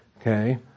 okay